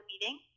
meeting